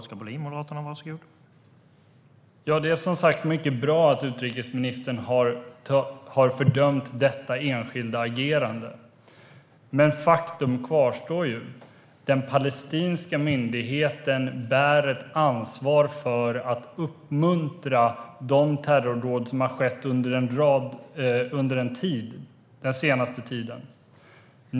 Herr talman! Det är som sagt mycket bra att utrikesministern har fördömt detta enskilda agerande. Men faktum kvarstår: Den palestinska myndigheten bär ett ansvar för att ha uppmuntrat de terrordåd som har skett den senaste tiden.